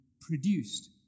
produced